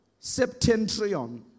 Septentrion